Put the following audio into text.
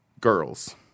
girls